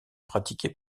pratiqué